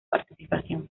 participación